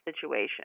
situation